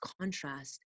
contrast